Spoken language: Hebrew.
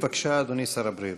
בבקשה, אדוני שר הבריאות.